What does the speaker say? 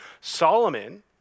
Solomon